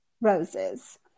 roses